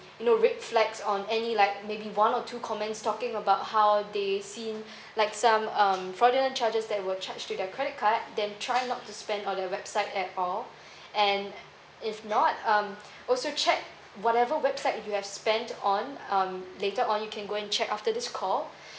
you know red flags on any like maybe one or two comments talking about how they seen like some um fraudulent charges that will charge to their credit card then try not to spend on the website at all and if not um also check whatever website you have spent on um later on you can go and check after this call